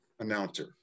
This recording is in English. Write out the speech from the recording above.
announcer